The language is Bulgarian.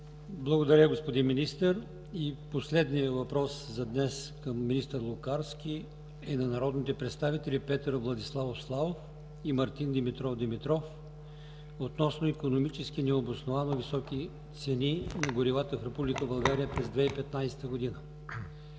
Благодаря, господин Министър. Последният въпрос за днес към министър Лукарски е на народните представители Петър Владиславов Славов и Мартин Димитров Димитров относно икономически необосновано високи цени на горивата в Република България през 2015 г.